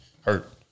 hurt